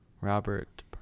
Robert